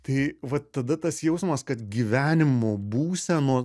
tai vat tada tas jausmas kad gyvenimo būseno